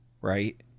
right